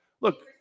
look